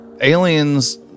aliens